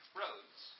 roads